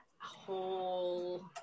whole